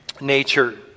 nature